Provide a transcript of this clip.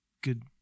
good